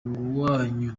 wanyu